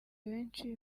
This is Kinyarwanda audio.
benshi